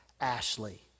Ashley